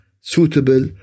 suitable